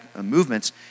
movements